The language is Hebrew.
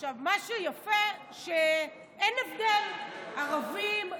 מה שיפה זה שאין הבדל: ערבים,